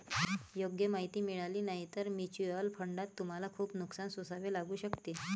योग्य माहिती मिळाली नाही तर म्युच्युअल फंडात तुम्हाला खूप नुकसान सोसावे लागू शकते